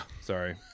Sorry